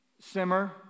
simmer